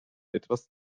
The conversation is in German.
etwas